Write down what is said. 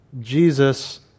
Jesus